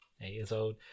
Eight-years-old